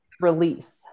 release